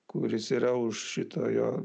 kuris yra už šito jo